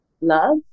love